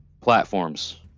platforms